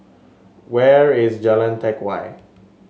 where is Jalan Teck Whye